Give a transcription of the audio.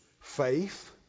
faith